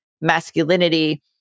masculinity